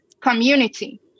community